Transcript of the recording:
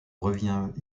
revient